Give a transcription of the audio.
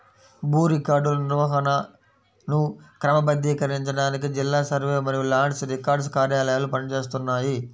భూ రికార్డుల నిర్వహణను క్రమబద్ధీకరించడానికి జిల్లా సర్వే మరియు ల్యాండ్ రికార్డ్స్ కార్యాలయాలు పని చేస్తున్నాయి